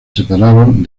separaron